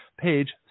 Page